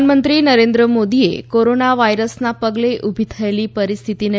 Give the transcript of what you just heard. પ્રધાનમંત્રી નરેન્દ્ર મોદીએ કોરોના વાયરસના પગલે ઉલી થયેલી પરિસ્થિતિને